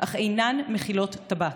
אינן מכילות טבק.